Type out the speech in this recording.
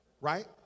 right